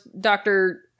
doctor